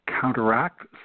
counteract